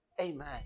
Amen